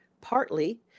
partly